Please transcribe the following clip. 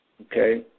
okay